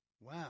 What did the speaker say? Wow